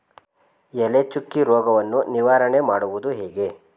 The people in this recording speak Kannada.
ಎಲೆ ಚುಕ್ಕಿ ರೋಗವನ್ನು ನಿವಾರಣೆ ಮಾಡುವುದು ಹೇಗೆ?